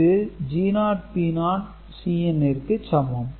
இது G0 P0 Cn ற்கு சமம்